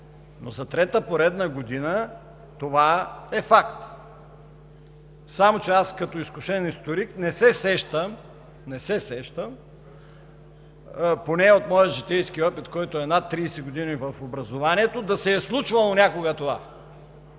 за трета поредна година е факт. Като историк не се сещам поне от моя житейски опит, който е над 30 години в образованието, да се е случвало някога това